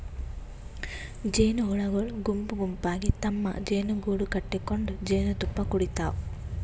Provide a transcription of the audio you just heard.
ಜೇನಹುಳಗೊಳ್ ಗುಂಪ್ ಗುಂಪಾಗಿ ತಮ್ಮ್ ಜೇನುಗೂಡು ಕಟಗೊಂಡ್ ಜೇನ್ತುಪ್ಪಾ ಕುಡಿಡ್ತಾವ್